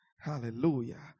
hallelujah